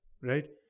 Right